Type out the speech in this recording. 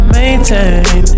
maintain